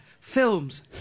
films